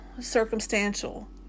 circumstantial